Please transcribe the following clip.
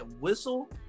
whistle